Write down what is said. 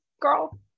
girl